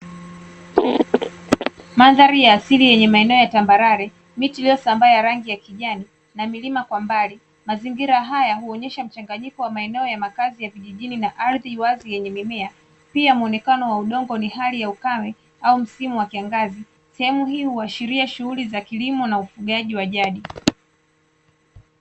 Mandhari ya asili yenye maeneo ya tambarare, miti iliyosambaa ya rangi ya kijani na milima kwa mbali. Mazingira haya huonyesha mchanganyiko wa maeneo ya makazi ya kijijini na ardhi wazi yenye mimea. Pia muonekano wa udongo ni hali ya ukame au msimu wa kiangazi. Sehemu hii haushiria shughuli za kilimo na ufugaji wa jadi.